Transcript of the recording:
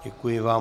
Děkuji vám.